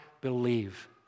believe